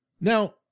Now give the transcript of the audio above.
Now